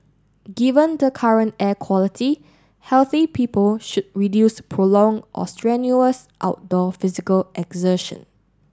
given the current air quality healthy people should reduce prolong or strenuous outdoor physical exertion